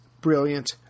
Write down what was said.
brilliant